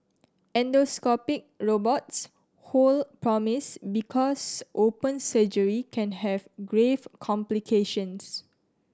endoscopic robots promise because open surgery can have grave complications